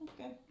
Okay